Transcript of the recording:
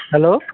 hello